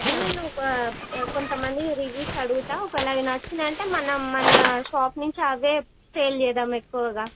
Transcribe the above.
సరే నేను ఒక కొంత మంది రివ్యూస్ అడుగుతాను ఒకవేళ అవి నచ్చినాయంటే మనం మన షాపు నుంచి అవే సేల్ చేద్దాం ఎక్కువగా